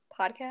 podcast